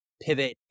pivot